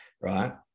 Right